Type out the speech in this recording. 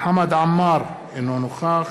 חמד עמאר, אינו נוכח